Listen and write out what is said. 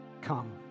Come